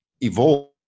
evolve